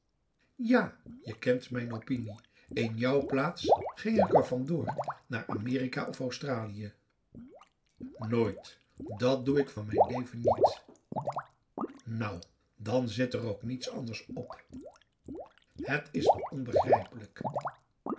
ja je kent mijn opinie in jouw plaats ging ik er van door naar amerika of australië nooit dat doe ik van m'n leven niet ou dan zit er ook niets anders op het is me onbegrijpelijk